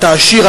אתה עשיר,